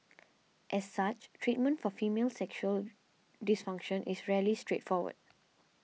as such treatment for female sexual dysfunction is rarely straightforward